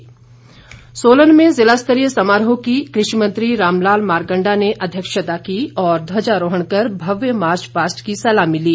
सोलन समारोह सोलन में ज़िला स्तरीय समारोह की कृषि मंत्री रामलाल मारकंडा ने अध्यक्षता की और ध्वजारोहण कर भव्य मार्च पास्ट की सलामी ली